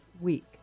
week